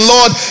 Lord